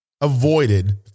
avoided